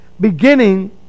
beginning